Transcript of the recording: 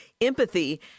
Empathy